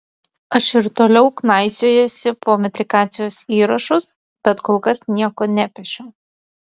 aš ir toliau knaisiosiuosi po metrikacijos įrašus bet kol kas nieko nepešiau